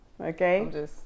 okay